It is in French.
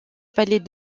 palais